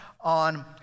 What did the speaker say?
on